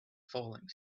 falling